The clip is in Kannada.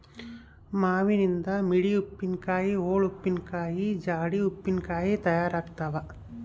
ಮಾವಿನನಿಂದ ಮಿಡಿ ಉಪ್ಪಿನಕಾಯಿ, ಓಳು ಉಪ್ಪಿನಕಾಯಿ, ಜಾಡಿ ಉಪ್ಪಿನಕಾಯಿ ತಯಾರಾಗ್ತಾವ